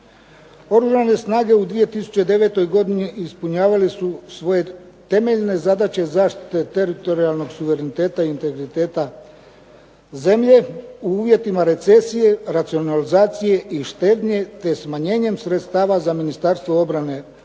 Oružane snage u 2009. godini ispunjavale su svoje temeljne zadaće zaštite teritorijalnog suvereniteta i integriteta zemlje u uvjetima recesije, racionalizacije i štednje, te smanjenjem sredstava za Ministarstvo obrane postignut